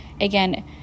again